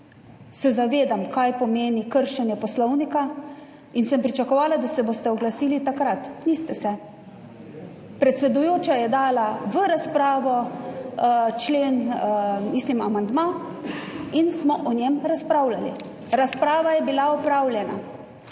zavedam se, kaj pomeni kršenje poslovnika, in sem pričakovala, da se boste oglasili takrat. Niste se. Predsedujoča je dala v razpravo amandma in smo o njem razpravljali. Razprava je bila opravljena,